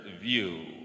view